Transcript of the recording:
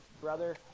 brother